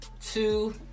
two